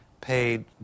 paid